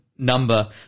Number